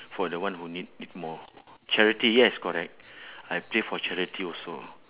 for the one who need it more charity yes correct I play for charity also